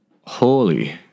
holy